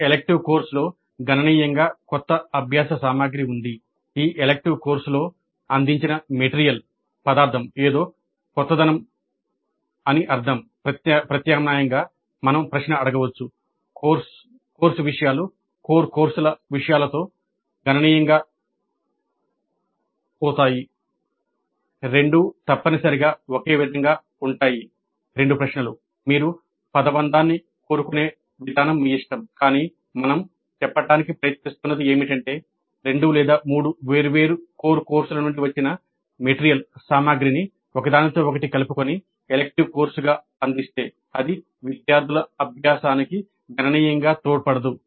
"elective కోర్సులో గణనీయంగా కొత్త అభ్యాస సామగ్రి ఉంది" ఈ ఎలిక్టివ్ కోర్సులో అందించిన పదార్థం ఒకదానితో ఒకటి కలుపుకొని ఎలెక్టివ్ కోర్సుగా అందిస్తే అది విద్యార్థుల అభ్యాసానికి గణనీయంగా తోడ్పడదు